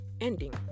ending